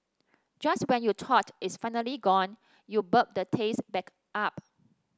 just when you thought it's finally gone you burp the taste back up